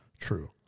true